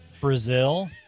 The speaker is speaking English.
Brazil